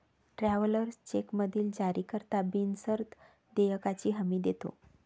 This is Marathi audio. ट्रॅव्हलर्स चेकमधील जारीकर्ता बिनशर्त देयकाची हमी देतो